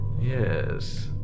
Yes